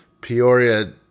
Peoria